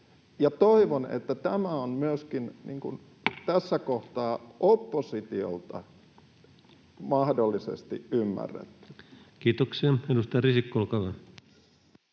koputtaa] tässä kohtaa oppositiolta mahdollisesti ymmärretty. Kiitoksia. — Edustaja Risikko, olkaa hyvä.